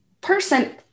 person